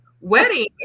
wedding